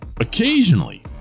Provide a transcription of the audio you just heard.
Occasionally